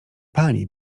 pani